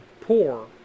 poor